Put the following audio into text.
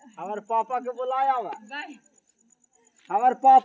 स्थगित भुगतानक मानक भेनाय पैसाक एकटा काज छियै